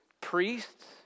priests